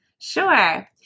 Sure